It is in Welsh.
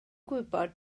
gwybod